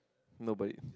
nobody